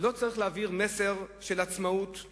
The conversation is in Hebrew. לא צריך להעביר מסר של עצמאות וזקיפות קומה,